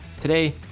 Today